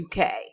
UK